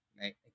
Right